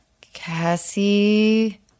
Cassie